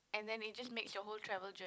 and then it just makes your whole travel jour~